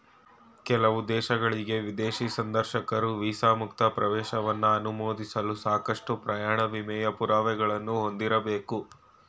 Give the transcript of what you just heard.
ಕೆಲವು ದೇಶಗಳ್ಗೆ ವಿದೇಶಿ ಸಂದರ್ಶಕರು ವೀಸಾ ಮುಕ್ತ ಪ್ರವೇಶವನ್ನ ಅನುಮೋದಿಸಲು ಸಾಕಷ್ಟು ಪ್ರಯಾಣ ವಿಮೆಯ ಪುರಾವೆಗಳನ್ನ ಹೊಂದಿರಬೇಕು